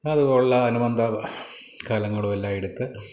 അതുപോലുള്ള അനുബന്ധ കലങ്ങളും എല്ലാം എടുത്ത്